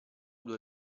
due